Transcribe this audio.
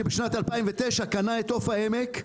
שבשנת 2009 קנה את עוף העמק,